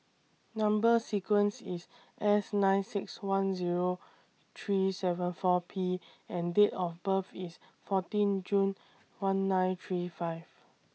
Number sequence IS S nine six one Zero three seven four P and Date of birth IS fourteen June one nine three five